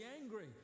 angry